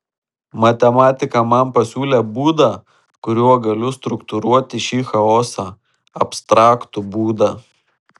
matematika man pasiūlė būdą kuriuo galiu struktūruoti šį chaosą abstraktų būdą